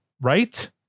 Right